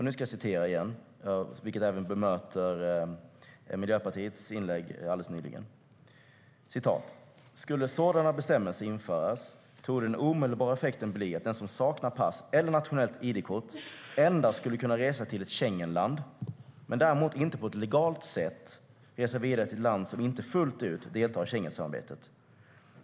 Nu ska jag citera igen, vilket även bemöter Miljöpartiets senaste inlägg: "Skulle sådana bestämmelser införas torde den omedelbara effekten bli att den som saknar pass eller nationellt identitetskort endast skulle kunna resa till ett Schengenland, men däremot inte på ett legalt sätt resa vidare till ett land som inte fullt ut deltar i Schengensamarbetet.